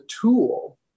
tool